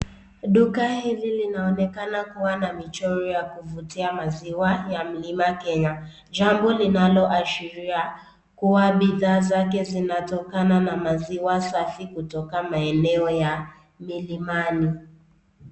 Duka hili linaonekana kuwa na michoro ya kuvutia maziwa ya mlima kenya jambo linaloashiria kuwa bidhaa zake zinatokana na maziwa safi kutoka maeneo ya milimani.